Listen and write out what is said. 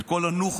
את כל הנוח'בה